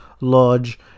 Lodge